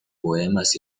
poemas